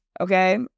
okay